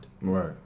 Right